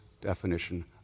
definition